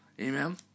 Amen